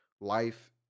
life